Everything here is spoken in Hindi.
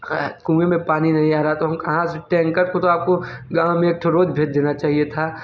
कुएँ में पानी नहीं आ रहा तो हम कहाँ से टेंकर को तो आपको गाँव में एकठो रोज भेज देना चाहिए था